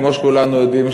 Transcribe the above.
כמו שכולנו יודעים,